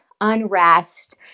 unrest